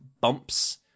bumps